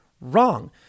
wrong